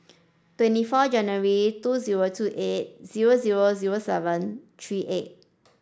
twenty four January two zero two eight zero zero zero seven three eight